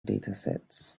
datasets